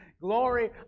glory